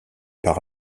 par